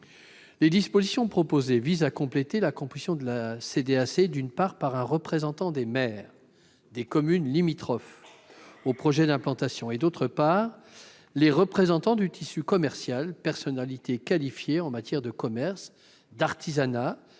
Les dispositions proposées visent à compléter la composition de la CDAC, d'une part, par un représentant des maires des communes limitrophes au projet d'implantation et, d'autre part, par des représentants du tissu commercial, personnalités qualifiées en matière de commerce, d'artisanat,